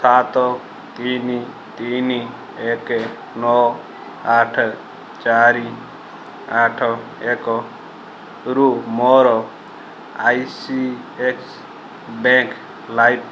ସାତ ତିନି ତିନି ଏକ ନଅ ଆଠ ଚାରି ଆଠ ଏକରୁ ମୋର ଆକ୍ସିସ୍ ବ୍ୟାଙ୍କ୍ ଲାଇମ୍